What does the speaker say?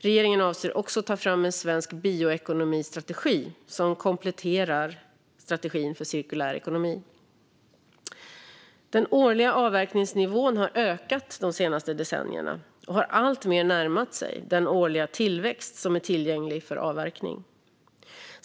Regeringen avser också att ta fram en svensk bioekonomistrategi som kompletterar strategin för cirkulär ekonomi. Den årliga avverkningsnivån har ökat de senaste decennierna och har alltmer närmat sig den årliga tillväxt som är tillgänglig för avverkning.